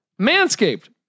manscaped